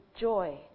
joy